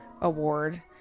Award